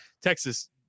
Texas